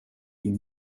din